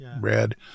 red